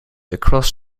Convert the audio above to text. across